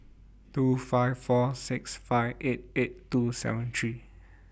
two five four six five eight eight two seven three